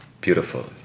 beautiful